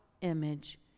image